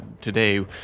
today